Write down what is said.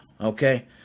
okay